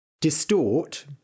Distort